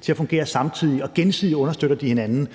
til at fungere parallelt og samtidig og gensidigt understøtte hinanden.